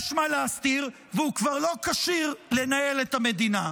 יש מה להסתיר, והוא כבר לא כשיר לנהל את המדינה.